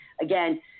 Again